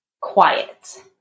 quiet